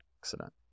accident